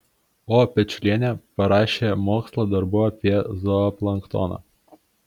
o pečiulienė parašė mokslo darbų apie zooplanktoną